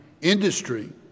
industry